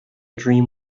dream